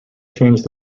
changed